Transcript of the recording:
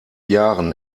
jahren